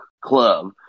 club